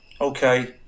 okay